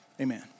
Amen